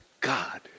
God